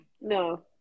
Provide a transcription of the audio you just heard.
No